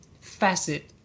facet